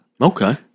Okay